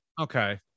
Okay